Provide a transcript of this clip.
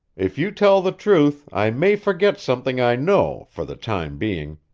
if you tell the truth, i may forget something i know, for the time being.